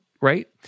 right